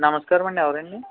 నమస్కారము అండి ఎవరు అండి